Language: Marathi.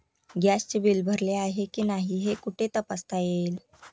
गॅसचे बिल भरले आहे की नाही हे कुठे तपासता येईल?